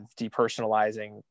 depersonalizing